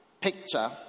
picture